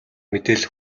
мэдээлэл